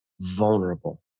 vulnerable